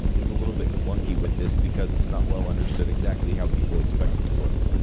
it's a little bit clunky with this, because it's not well understood exactly how people expect it to work.